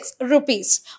rupees